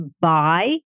buy